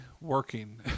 working